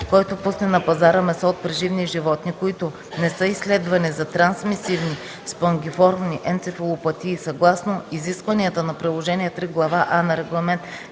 Който пусне на пазара месо от преживни животни, които не са изследвани за трансмисивни спонгиформни енцефалопатии съгласно изискванията на Приложение ІІІ, Глава “А” на Регламент